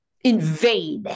invade